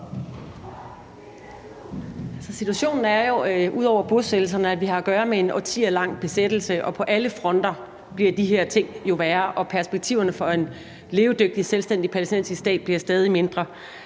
Situationen er jo, udover bosættelserne, at vi har at gøre med en årtier lang besættelse, og på alle fronter bliver de her ting jo værre, og perspektiverne for en levedygtig selvstændig palæstinensisk stat bliver stadig mindre.